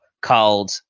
called